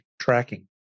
tracking